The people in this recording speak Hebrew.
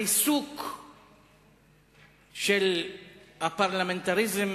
ריסוק של הפרלמנטריזם